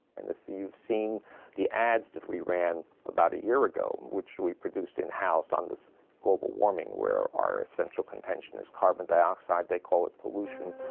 and if you've seen the ads that we ran about a year ago, which we produced in-house on this global warming where our central contention is, carbon dioxide they call it pollution.